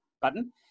button